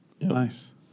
Nice